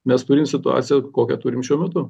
mes turim situaciją kokią turim šiuo metu